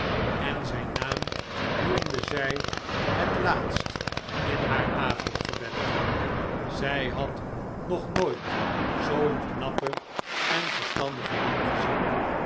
en zijn naam noemde zij het laatst in haar avondgebed zij had nog nooit zoo'n knappen en verstandigen man gezien